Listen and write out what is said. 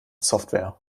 software